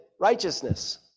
righteousness